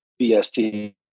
bst